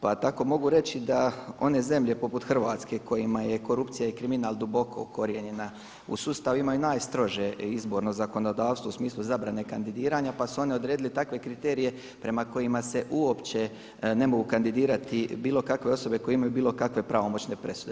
Pa tako mogu reći da one zemlje poput Hrvatske kojima je korupcija i kriminal duboko ukorijenjena u sustav imaju najstrože izborno zakonodavstvu u smislu zabrane kandidiranja, pa su oni odredili takve kriterije prema kojima se uopće ne mogu kandidirati bilo kakve osobe koje imaju bilo kakve pravomoćne presude.